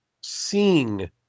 seeing